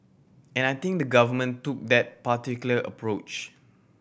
and I think the Government took that particular approach